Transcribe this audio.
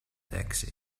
taxi